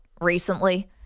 recently